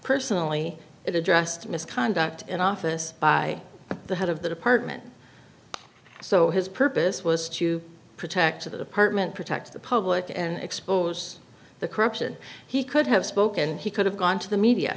personally it addressed misconduct in office by the head of the department so his purpose was to protect the department protect the public and expose the corruption he could have spoken and he could have gone to the media